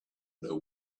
know